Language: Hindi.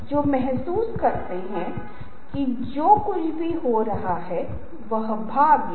आप एक फिल्म या एक कार्टून या एक एनीमेशन या जो कुछ भी दिखा कर स्पष्ट करना चाहते हैं वह एक अलग चीज है